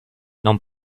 non